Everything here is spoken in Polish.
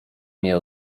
mnie